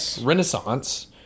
renaissance